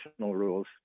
rules